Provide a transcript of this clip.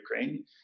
Ukraine